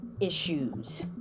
issues